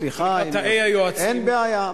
סליחה, אין בעיה.